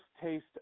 taste